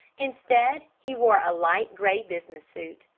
instead, he wore a light gray business suit,